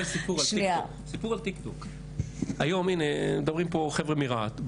סיפור על טיק-טוק, היום מדברים פה חבר'ה מרהט.